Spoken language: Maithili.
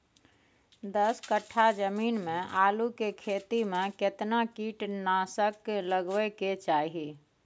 दस कट्ठा जमीन में आलू के खेती म केतना कीट नासक लगबै के चाही?